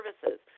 services